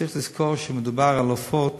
צריך לזכור שמדובר בעופות